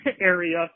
area